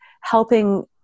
helping